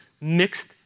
mixed